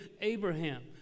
Abraham